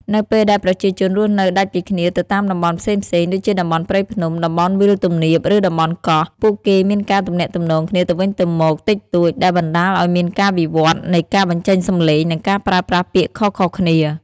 នៅពេលដែលប្រជាជនរស់នៅដាច់ពីគ្នាទៅតាមតំបន់ផ្សេងៗ ដូចជាតំបន់ព្រៃភ្នំ តំបន់វាលទំនាប ឬតំបន់កោះ ពួកគេមានការទំនាក់ទំនងគ្នាទៅវិញទៅមកតិចតួច ដែលបណ្តាលឲ្យមានការវិវត្តន៍នៃការបញ្ចេញសំឡេង និងការប្រើប្រាស់ពាក្យខុសៗគ្នា។